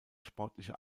sportliche